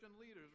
leaders